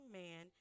man